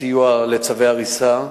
הסיוע לביצוע צווי ההריסה,